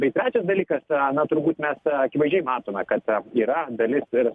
bei trečias dalykas na turbūt mes akivaizdžiai matome kad yra dalis ir